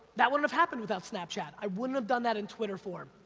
that wouldn't have happened without snapchat, i wouldn't have done that in twitter form.